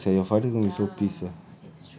good luck seh your father gonna be so pissed sia